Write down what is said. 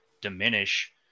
diminish